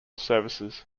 services